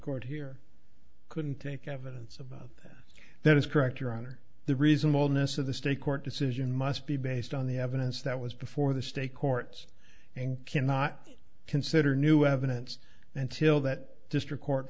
court here couldn't take evidence about that is correct your honor the reasonableness of the state court decision must be based on the evidence that was before the state courts and cannot consider new evidence until that district court